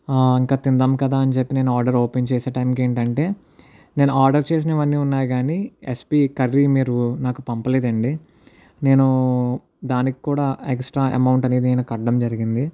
ఇంకా తిందాం కదా అని చెప్పి నేను ఆర్డర్ ఓపెన్ చేసే టైంకి ఏంటి అంటే నేను ఆర్డర్ చేసినవి అన్నీ ఉన్నాయి కానీ ఎస్పి కర్రీ మీరు నాకు పంపలేదు అండి నేను దానికి కూడా ఎక్స్ట్రా అమౌంట్ అనేది నేను కట్టడం జరిగింది